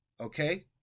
okay